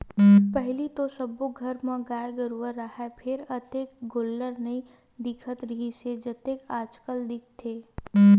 पहिली तो सब्बो घर म गाय गरूवा राहय फेर अतेक गोल्लर नइ दिखत रिहिस हे जतेक आजकल दिखथे